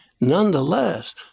nonetheless